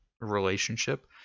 relationship